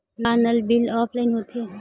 का नल bill offline हि होथे?